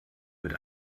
mit